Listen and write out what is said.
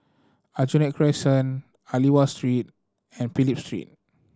Aljunied Crescent Aliwal Street and Phillip Street